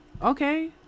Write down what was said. okay